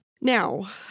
Now